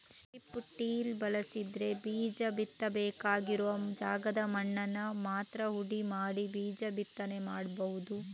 strip till ಬಳಸಿದ್ರೆ ಬೀಜ ಬಿತ್ತಬೇಕಾಗಿರುವ ಜಾಗದ ಮಣ್ಣನ್ನ ಮಾತ್ರ ಹುಡಿ ಮಾಡಿ ಬೀಜ ಬಿತ್ತನೆ ಮಾಡ್ಬಹುದು